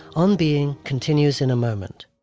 on being continues in a moment